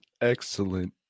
Excellent